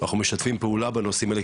אנחנו משתפים פעולה בנושאים האלה,